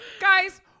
Guys